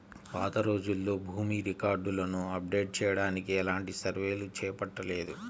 పాతరోజుల్లో భూమి రికార్డులను అప్డేట్ చెయ్యడానికి ఎలాంటి సర్వేలు చేపట్టలేదు